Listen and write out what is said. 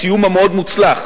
הסיום המאוד-מוצלח.